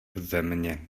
země